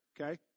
Okay